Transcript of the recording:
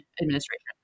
administration